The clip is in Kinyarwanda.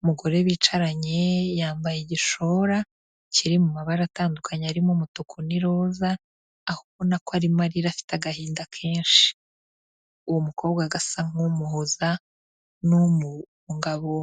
umugore bicaranye yambaye igishora kiri mu mabara atandukanye, arimo umutuku n'iroza, aho ubona ko arimo arira afite agahinda kenshi, uwo mukobwa agasa nk'umuhoza, n'umubungabunga.